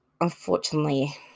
unfortunately